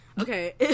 okay